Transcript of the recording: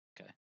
Okay